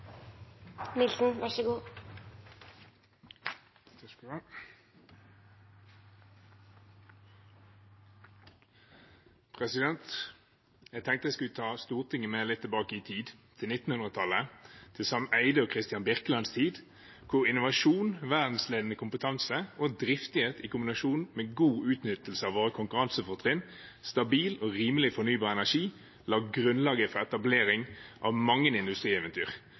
Jeg tenkte jeg skulle ta Stortinget med litt tilbake i tid, til 1900-tallet, til Sam Eyde og Kristian Birkelands tid, hvor innovasjon, verdensledende kompetanse og driftighet i kombinasjon med god utnyttelse av våre konkurransefortrinn, stabil og rimelig fornybar energi, la grunnlaget for etablering av mange industrieventyr,